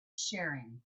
sharing